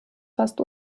fast